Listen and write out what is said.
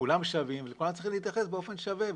כולם שווים ולכולם צריך להתייחס באופן שווה.